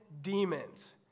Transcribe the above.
demons